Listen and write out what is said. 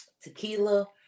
tequila